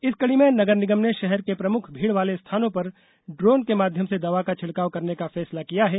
इसी कड़ी में नगर निगम ने षहर के प्रमुख भीड़ वाले स्थानों पर ड्रोन के माध्यम से दवा का छिड़काव करने का फैसला किया है